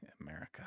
America